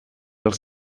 els